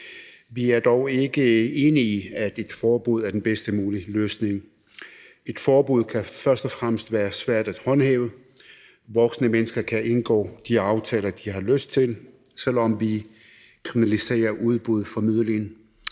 Vi er dog ikke enige i, at et forbud er den bedst mulige løsning. Et forbud kan først og fremmest være svært at håndhæve. Voksne mennesker kan indgå de aftaler, de har lyst til, selv om vi kriminaliserer udbud og formidling